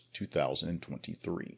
2023